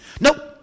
Nope